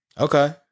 Okay